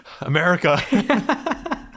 america